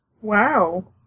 Wow